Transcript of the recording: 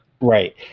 Right